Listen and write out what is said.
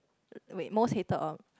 wait most hated or